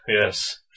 yes